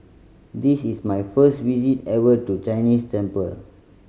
this is my first visit ever to Chinese temple